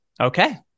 Okay